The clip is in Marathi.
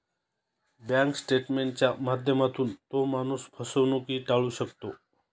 बँक स्टेटमेंटच्या माध्यमातून तो माणूस फसवणूकही टाळू शकतो